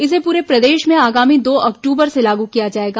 इसे पूरे प्रदेश में आगामी दो अक्टूबर से लागू किया जाएगा